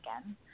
again